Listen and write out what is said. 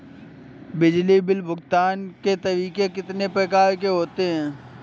बिजली बिल भुगतान के तरीके कितनी प्रकार के होते हैं?